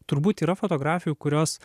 turbūt yra fotografijų kurios